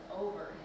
over